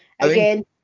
Again